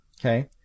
Okay